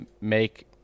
make